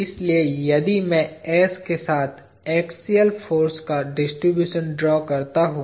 इसलिए यदि मैं s के साथ एक्सियल फाॅर्स का डिस्ट्रीब्यूशन ड्रा करता हूं